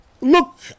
Look